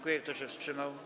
Kto się wstrzymał?